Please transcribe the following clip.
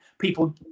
people